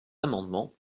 amendements